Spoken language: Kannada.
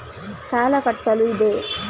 ಸಾಲ ಕಟ್ಟಲು ಇದೆ